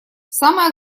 самое